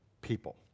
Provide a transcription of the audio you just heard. people